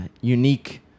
unique